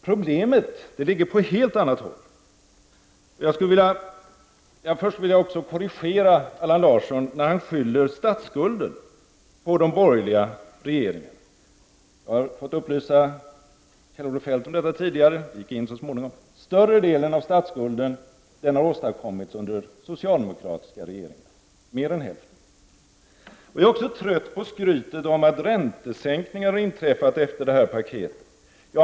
Problemet ligger på helt annat håll. Jag vill korrigera Allan Larsson när han skyller statsskulden på de borgerliga regeringarna. Jag har tidigare fått upplysa Kjell-Olof Feldt om detta, och det gick in så småningom. Den större delen av statsskulden, mer än hälften, har åstadkommits under socialdemokratiska regeringar. Jag är också trött på skrytet om att räntesänkningar har inträffat efter att det här paketet kom.